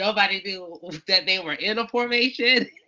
nobody knew that they were in a formation.